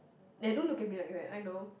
and don't look at me like that I know